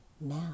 now